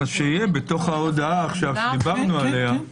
שיהיה בתוך ההודעה שעכשיו דיברנו עליה,